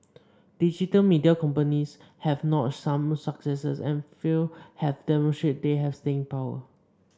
digital media companies have notched some successes and a few have demonstrated they have staying power